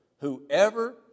Whoever